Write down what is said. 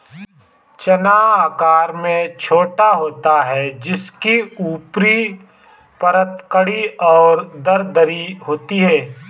चना आकार में छोटा होता है जिसकी ऊपरी परत कड़ी और दरदरी होती है